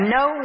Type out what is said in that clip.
no